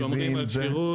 שומרים על שירות.